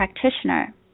practitioner